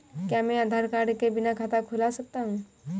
क्या मैं आधार कार्ड के बिना खाता खुला सकता हूं?